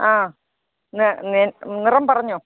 ആ ന്ന് ന്ന് നിറം പറഞ്ഞോ